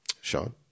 Sean